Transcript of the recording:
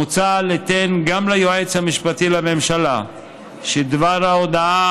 מוצע ליתן גם ליועץ המשפטי לממשלה שדבר ההודעה